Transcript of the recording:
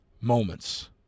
moments